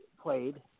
played